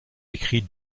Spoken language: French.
écrit